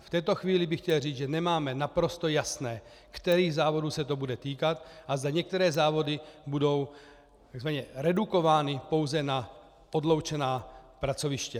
V této chvíli bych chtěl říct, že nemáme naprosto jasné, kterých závodů se to bude týkat a zda některé závody budou tzv. redukovány pouze na odloučená pracoviště.